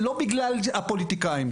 התקבלו החלטות בוועדת החינוך אחרי